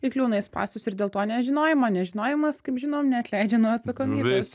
įkliūna į spąstus ir dėl to nežinojimo nežinojimas kaip žinom neatleidžia nuo atsakomybės